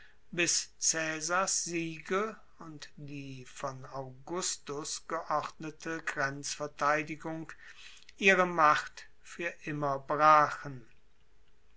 bis caesars siege und die von augustus geordnete grenzverteidigung ihre macht fuer immer brachen